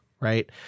right